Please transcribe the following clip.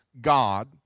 God